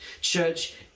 Church